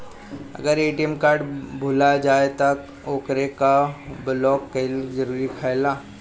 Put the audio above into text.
अगर ATM card भूला जाए त का ओकरा के बलौक कैल जरूरी है का?